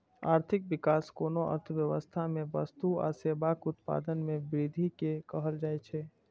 आर्थिक विकास कोनो अर्थव्यवस्था मे वस्तु आ सेवाक उत्पादन मे वृद्धि कें कहल जाइ छै